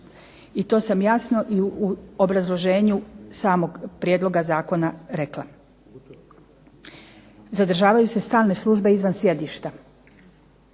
i to sam jasno i u obrazloženju samog prijedlog zakona rekla. Zadržavaju se stalne službe izvan sjedišta,